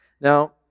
Now